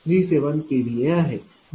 37 kVA आहे